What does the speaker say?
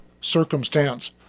circumstance